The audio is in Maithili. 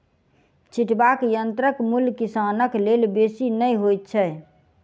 छिटबाक यंत्रक मूल्य किसानक लेल बेसी नै होइत छै